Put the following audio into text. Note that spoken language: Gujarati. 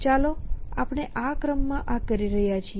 ચાલો આપણે આ ક્રમમાં આ કરી રહ્યા છીએ